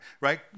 right